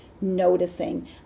noticing